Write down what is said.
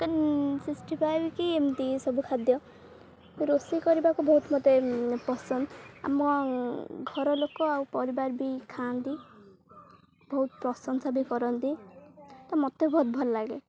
sixty five କି ଏମିତି ସବୁ ଖାଦ୍ୟ ରୋଷେଇ କରିବାକୁ ବହୁତ ମତେ ପସନ୍ଦ ଆମ ଘର ଲୋକ ଆଉ ପରିବାର ବି ଖାଆନ୍ତି ବହୁତ ପ୍ରଶଂସା ବି କରନ୍ତି ତ ମତେ ବହୁତ ଭଲ ଲାଗେ